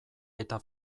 eta